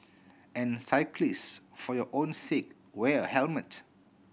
and cyclists for your own sake wear a helmet